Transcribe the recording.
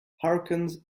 hurricanes